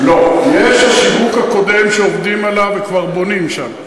לא, יש השיווק הקודם, שעובדים עליו וכבר בונים שם.